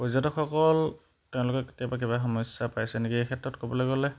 পৰ্যটকসকল তেওঁলোকে কেতিয়াবা কিবা সমস্যা পাইছে নেকি এই ক্ষেত্ৰত ক'বলৈ গ'লে